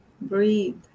Breathe